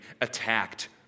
attacked